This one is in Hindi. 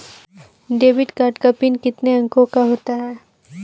डेबिट कार्ड का पिन कितने अंकों का होता है?